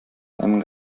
einem